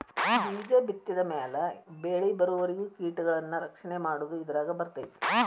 ಬೇಜ ಬಿತ್ತಿದ ಮ್ಯಾಲ ಬೆಳಿಬರುವರಿಗೂ ಕೇಟಗಳನ್ನಾ ರಕ್ಷಣೆ ಮಾಡುದು ಇದರಾಗ ಬರ್ತೈತಿ